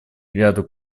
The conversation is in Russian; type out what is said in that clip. ряду